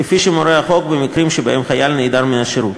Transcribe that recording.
כפי שמורה החוק במקרים שבהם חייל נעדר מן השירות.